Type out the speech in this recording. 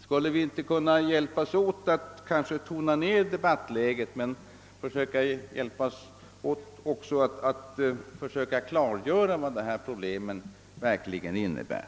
Skulle vi inte kunna hjälpas åt att något tona ned debattläget och i stället försöka klargöra vad problemen verkligen innebär?